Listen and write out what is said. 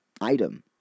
item